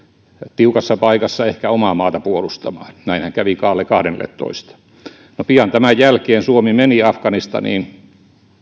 tiukassa paikassa ehkä omaa maata puolustamaan näinhän kävi kaarle xiille no pian tämän jälkeen suomi meni afganistaniin